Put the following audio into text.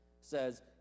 says